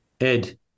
Ed